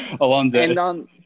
Alonzo